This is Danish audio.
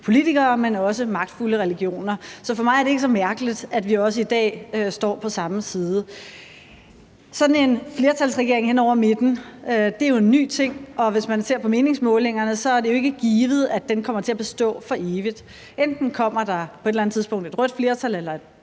politikere, men også magtfulde religioner. Så for mig er det ikke så mærkeligt, at vi også i dag står på samme side. Sådan en flertalsregering hen over midten er jo en ny ting, og hvis man ser på meningsmålingerne, er det jo ikke givet, at den kommer til at bestå for evigt. Enten kommer der på et eller andet tidspunkt et rødt flertal eller et